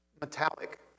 metallic